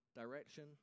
direction